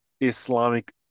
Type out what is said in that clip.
Islamic